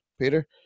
Peter